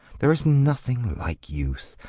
there is nothing like youth.